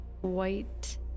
white